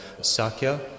Sakya